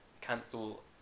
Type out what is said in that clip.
cancel